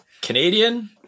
Canadian